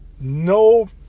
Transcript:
No